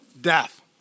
death